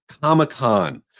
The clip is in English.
Comic-Con